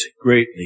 greatly